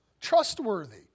trustworthy